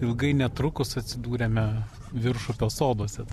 ilgai netrukus atsidūrėme viršupio soduose